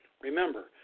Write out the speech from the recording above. remember